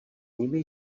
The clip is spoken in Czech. nimi